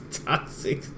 toxic